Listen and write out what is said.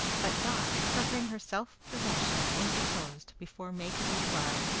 but dot, recovering her self-possession, interposed, before may could reply,